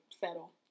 settle